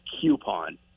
coupon